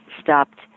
stopped